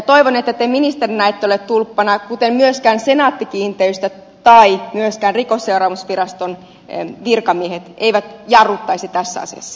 toivon että te ministerinä ette ole tulppana kuten myöskään senaatti kiinteistöt tai myöskään rikosseuraamusviraston virkamiehet eivät jarruttaisi tässä asiassa